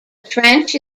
trench